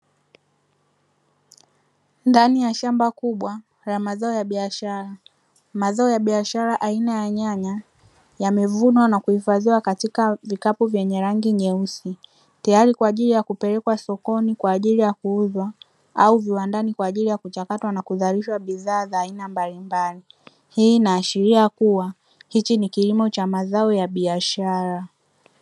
Ndani ya shamba kubwa la mazao ya biashara, mazao ya biashara aina ya nyanya yamevunwa na kuhifadhiwa katika vikapu vyenye rangi nyeusi, tayari kwa ajili ya kupelekwa sokoni kwa ajili ya kuuzwa au viwandani kwa ajili ya kuchakatwa na kuzalishwa bidhaa za aina mbalimbali. Hii inaashiria kuwa, hichi ni kilimo cha mazao ya biashara.